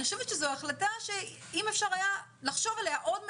אני חושבת שזו החלטה שאם אפשר היה לחשוב עליה עוד מעט,